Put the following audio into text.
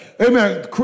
Amen